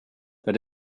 they